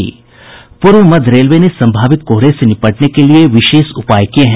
पूर्व मध्य रेलवे ने सम्भावित कोहरे से निपटने के लिए विशेष उपाय किये हैं